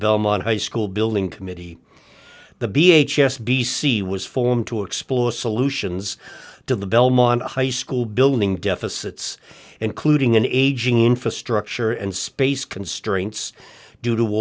belmont high school building committee the b h s b c was formed to explore solutions to the belmont high school building deficits including an aging infrastructure and space constraints due to